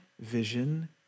vision